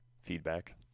Feedback